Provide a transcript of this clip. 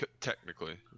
technically